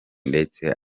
ndetse